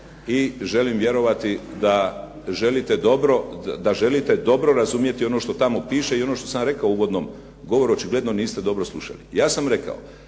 i želim vjerovati da želite dobro razumjeti ono što tamo piše i ono što sam rekao u uvodnom govoru, očigledno niste dobro slušali. Ja sam rekao